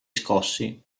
scossi